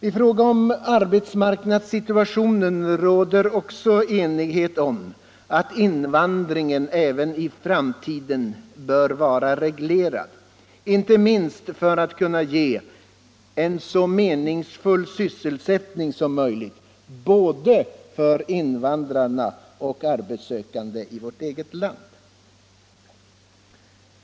I fråga om arbetsmarknadssituationen råder också enighet om att invandringen även i framtiden bör vara reglerad, inte minst för att kunna ge en så meningsfull sysselsättning som möjligt både för invandrarna och för arbetssökande i vårt eget land.